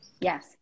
Yes